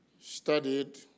studied